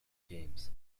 games